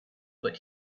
but